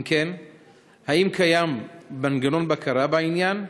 2. אם כן, האם קיים מנגנון בקרה בעניין,